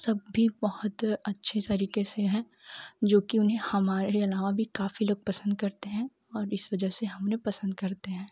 सब भी बहुत अच्छे तरीक़े से हैं जो कि उन्हें हमारे अलावा भी काफ़ी लोग पसंद करते हैं और इस वजह से हमने पसंद करते हैं